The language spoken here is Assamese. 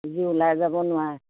যি ওলাই যাব নোৱাৰে